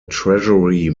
treasury